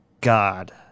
God